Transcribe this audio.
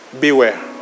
Beware